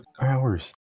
hours